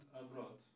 abroad